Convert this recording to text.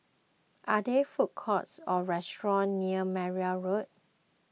are there food courts or restaurants near Meyer Road